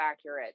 accurate